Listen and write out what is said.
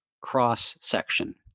cross-section